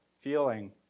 feeling